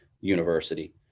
university